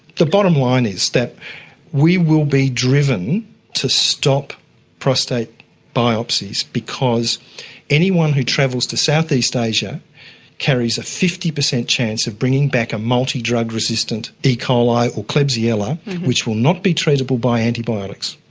the bottom line is that we will be driven to stop prostate biopsies because anyone who travels to southeast asia carries a fifty percent chance of bringing back a multidrug resistant e. coli or klebsiella which will not be treatable by antibiotics.